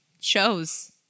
shows